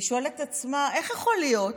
היא שואלת את עצמה: איך יכול להיות?